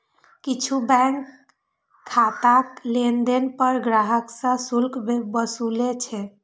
किछु बैंक खाताक लेनदेन पर ग्राहक सं शुल्क वसूलै छै